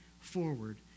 forward